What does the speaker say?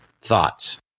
thoughts